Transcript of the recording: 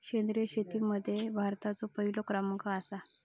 सेंद्रिय शेतीमध्ये भारताचो पहिलो क्रमांक आसा